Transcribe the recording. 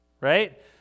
right